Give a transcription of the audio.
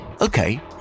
Okay